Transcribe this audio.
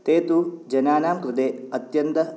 ते तु जनानां कृते अत्यन्त